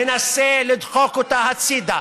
מנסה לדחוק אותה הצידה.